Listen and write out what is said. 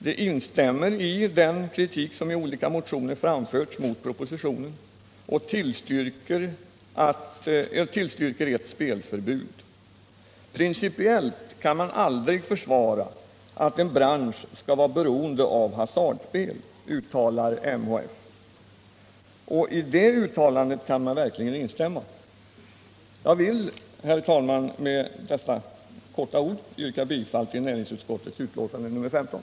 Det instämmer i den kritik som i olika motioner framförts mot propositionen och tillstyrker ett spelförbud. Principiellt kan man aldrig försvara att en bransch skall vara beroende av hasardspel, uttalar MHF, och i det uttalandet kan jag verkligen instämma. Jag vill, herr talman, med dessa få ord yrka bifall till näringsutskottets betänkande nr 15.